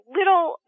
little